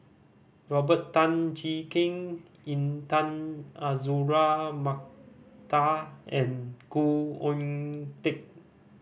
Robert Tan Jee Keng Intan Azura Mokhtar and Khoo Oon Teik